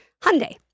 Hyundai